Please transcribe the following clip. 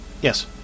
Yes